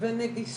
אז שודר סרט שבו